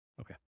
Okay